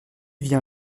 vient